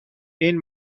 این